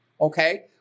Okay